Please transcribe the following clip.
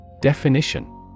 Definition